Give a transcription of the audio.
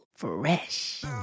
Fresh